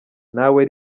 nawe